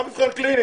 מה מבחן קליני?